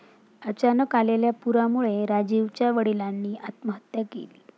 अचानक आलेल्या पुरामुळे राजीवच्या वडिलांनी आत्महत्या केली